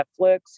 Netflix